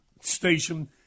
station